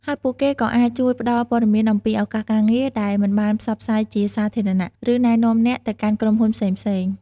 ហើយពួកគេក៏អាចជួយផ្ដល់ព័ត៌មានអំពីឱកាសការងារដែលមិនបានផ្សព្វផ្សាយជាសាធារណៈ ឬណែនាំអ្នកទៅកាន់ក្រុមហ៊ុនផ្សេងៗ។